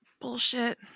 Bullshit